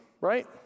right